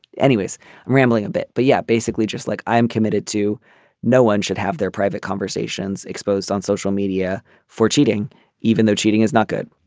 anyways i'm rambling a bit but yeah. basically just like i am committed to no one should have their private conversations exposed on social media for cheating even though cheating is not good.